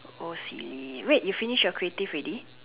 oh silly wait you finish your creative already